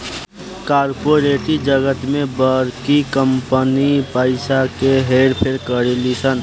corporate जगत में बड़की कंपनी पइसा के हेर फेर करेली सन